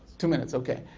two minutes ok,